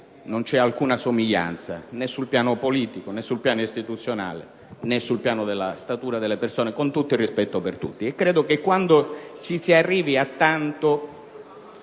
non c'è alcuna somiglianza, né sul piano politico, né su quello istituzionale, né sul piano della statura delle persone, lo dico con il dovuto rispetto. Credo che quando si arriva a tanto